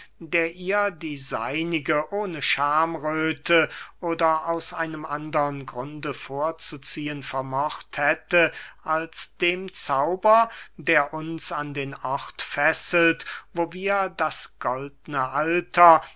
der ihr die seinige ohne schamröthe oder aus einem andern grunde vorzuziehen vermocht hätte als dem zauber der uns an den ort fesselt wo wir das goldne alter